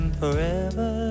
forever